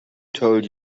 told